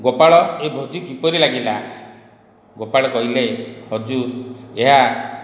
ଗୋପାଳ ଏ ଭୋଜି କିପରି ଲାଗିଲା ଗୋପାଳ କହିଲେ ହଜୁର ଏହା